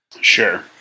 Sure